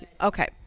okay